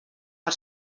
per